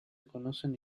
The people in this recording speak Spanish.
conocen